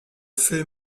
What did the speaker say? fait